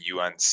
UNC